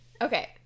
Okay